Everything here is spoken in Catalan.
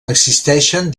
existeixen